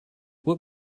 what